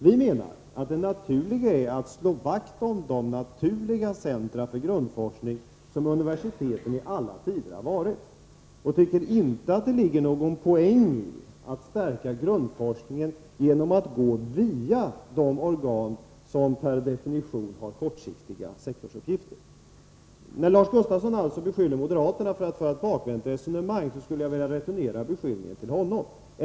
Vi menar att det naturliga är att slå vakt om de centra för grundforskning som universiteten i alla tider har varit. Vi tycker inte heller att det ligger någon poäng i att stärka grundforskningen genom att gå via de organ som per definition har kortsiktiga sektorsuppgifter. När Lars Gustafsson alltså beskyller moderaterna för att föra ett bakvänt resonemang, skulle jag vilja returnera beskyllningen till honom själv.